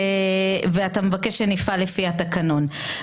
ואתה מבקש שנפעל לפי התקנון.